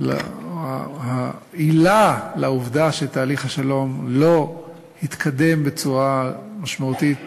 העילה לעובדה שתהליך השלום לא התקדם בצורה משמעותית